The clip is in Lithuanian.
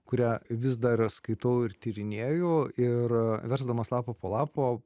kurią vis dar skaitau ir tyrinėju ir versdamas lapą po lapo